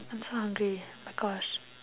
I'm so hungry my gosh